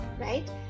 right